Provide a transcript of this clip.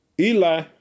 Eli